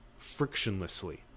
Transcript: frictionlessly